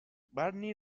barney